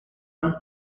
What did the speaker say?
sun